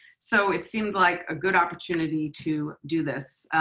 so it seemed like a good opportunity to do this.